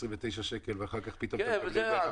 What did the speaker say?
ב-29 שקל ואחר כך פתאום אתה מקבל ב-150 שקל?